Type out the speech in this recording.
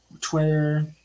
Twitter